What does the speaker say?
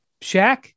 Shaq